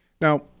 Now